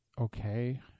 Okay